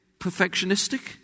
perfectionistic